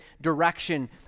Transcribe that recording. direction